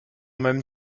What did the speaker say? même